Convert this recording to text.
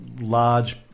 large